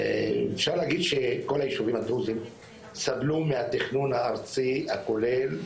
אנחנו אפשר להגיד שכל היישובים הדרוזים סבלו מהתכנון הארצי הכולל,